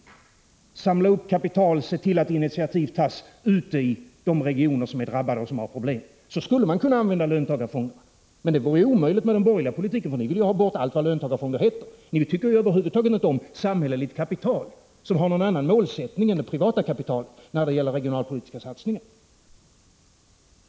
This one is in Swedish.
De skulle kunna samla ihop kapital och se till att initiativ tas ute i de regioner som är drabbade och har problem. Så skulle man kunna använda löntagarfonderna. Men det vore omöjligt med den borgerliga politiken, för den vill ha bort allt vad löntagarfonder heter. Ni tycker över 85 huvud taget inte om samhälleligt kapital som har någon annan målsättning än det privata kapitalet när det gäller regionalpolitiska satsningar.